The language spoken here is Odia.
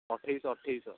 ଅଠେଇଶଶହ ଅଠେଇଶଶହ